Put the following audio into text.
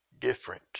different